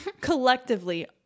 collectively